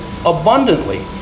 abundantly